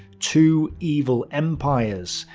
two evil empires.